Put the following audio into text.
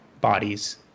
bodies